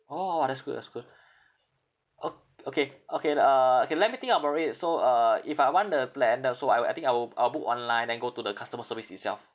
orh that's good that's good ok~ okay okay l~ uh okay let me think about it so uh if I want the plan the so I will I think I will I will book online then go to the customer service itself